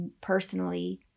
personally